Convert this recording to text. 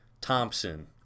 Thompson